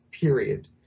period